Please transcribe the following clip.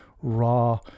raw